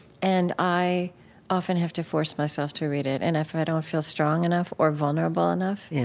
and i often have to force myself to read it. and if i don't feel strong enough or vulnerable enough,